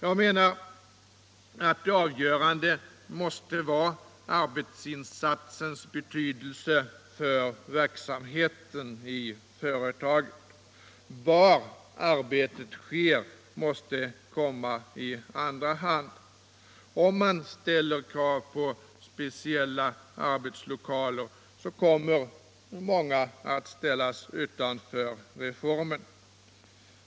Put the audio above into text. Det avgörande måste vara arbetsinsatsens betydelse för verksamheten i företaget. Var arbetet utförs måste komma i andra hand. Om man ställer krav på speciella arbetslokaler, kommer många att ställas utanför reformen.